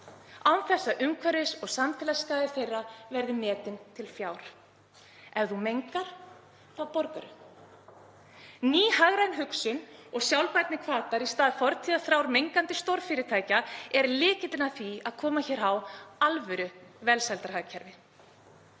án þess að umhverfis- og samfélagsskaði þeirra verði metinn til fjár. Ef þú mengar þá borgar þú. Ný hagræn hugsun og sjálfbærnihvatar í stað fortíðarþrár mengandi stórfyrirtækja eru lykillinn að því að koma hér á alvöruvelsældarhagkerfi.